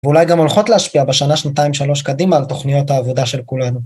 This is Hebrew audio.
ואולי גם הולכות להשפיע בשנה שנתיים שלוש קדימה על תוכניות העבודה של כולנו.